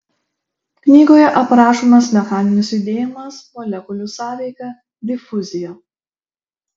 knygoje aprašomas mechaninis judėjimas molekulių sąveika difuzija